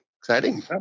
exciting